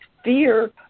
fear